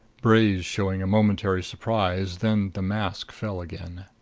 bray's showed a momentary surprise then the mask fell again.